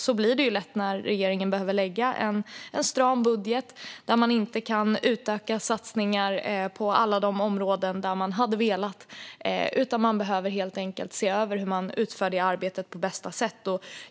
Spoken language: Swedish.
Så blir det lätt när regeringen behöver lägga en stram budget där man inte kan utöka satsningarna på alla de områden där man hade velat. Man behöver helt enkelt se över hur man utför arbetet på bästa sätt.